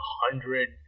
hundred